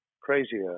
crazier